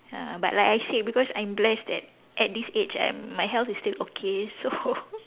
uh but like I said because I'm blessed that at this age I'm my health is still okay so